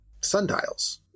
sundials